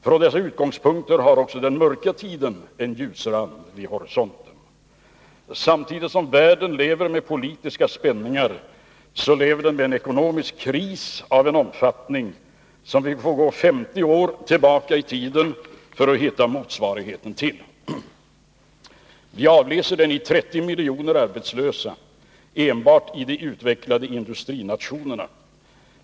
Från dessa utgångspunkter har också den mörka tiden en ljusrand vid horisonten. Samtidigt som världen lever med politiska spänningar lever den med en ekonomisk kris av en omfattning som vi får gå 50 år tillbaka i tiden för att finna motsvarighet till. Vi avläser den i 30 miljoner arbetslösa enbart i de utvecklade industrinationerna.